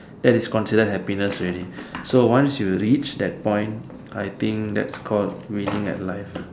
that is considered happiness already so once you reach that point I think that's called winning at life